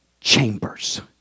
Chambers